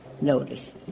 notice